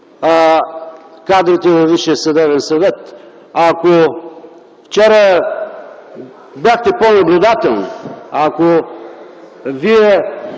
кадрите във Висшия съдебен съвет. Ако вчера бяхте по-наблюдателни, ако вие